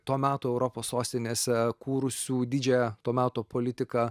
to meto europos sostinėse kūrusių didžiąją to meto politiką